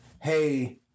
Hey